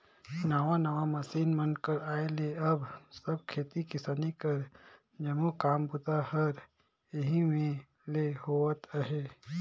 नावा नावा मसीन मन कर आए ले अब सब खेती किसानी कर जम्मो काम बूता हर एही मे ले होवत अहे